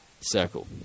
circle